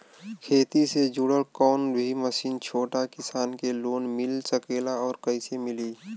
खेती से जुड़ल कौन भी मशीन छोटा किसान के लोन मिल सकेला और कइसे मिली?